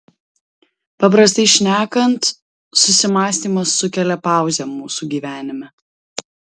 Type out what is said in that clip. paprastai šnekant susimąstymas sukelia pauzę mūsų gyvenime